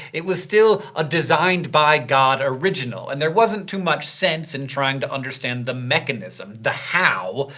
it was still a designed-by-god original, and there wasn't too much sense and trying to understand the mechanism, the how,